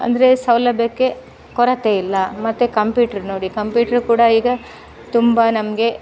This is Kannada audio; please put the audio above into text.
ಅಂದರೆ ಸೌಲಭ್ಯಕ್ಕೆ ಕೊರತೆಯಿಲ್ಲ ಮತ್ತು ಕಂಪ್ಯೂಟ್ರ್ ನೋಡಿ ಕಂಪ್ಯೂಟ್ರು ಕೂಡ ಈಗ ತುಂಬ ನಮಗೆ